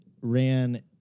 ran